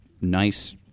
nice